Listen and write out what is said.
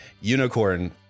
unicorn